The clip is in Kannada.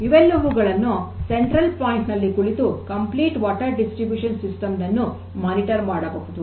ಇವೆಲ್ಲವುಗಳನ್ನು ಕೇಂದ್ರ ಬಿಂದುವಿನಲ್ಲಿ ಕುಳಿತು ಪೂರ್ಣ ನೀರಿನ ವಿತರಣೆಯ ಸಿಸ್ಟಮ್ ನನ್ನು ಮೇಲ್ವಿಚಾರಣೆ ಮಾಡಬಹುದು